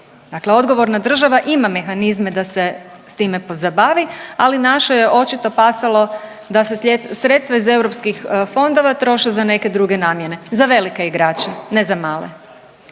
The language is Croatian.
dakle odgovorna država ima mehanizme da se s time pozabavi, ali našoj je očito pasalo da se sredstva iz europskih fondova troše za neke druge namjene, za velike igrače, ne za male.